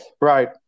Right